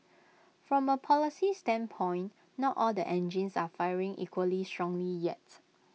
from A policy standpoint not all the engines are firing equally strongly yet